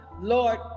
lord